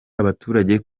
abaturage